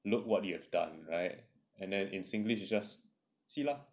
look what you have done right and then in singlish it's just see lah